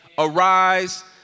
Arise